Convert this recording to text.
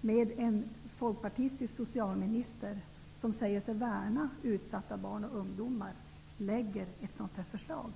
med en folkpartistisk socialminister som säger sig värna utsatta barn och ungdomar lägger fram ett sådant förslag.